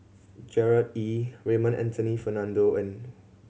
Gerard Ee Raymond Anthony Fernando and